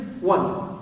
one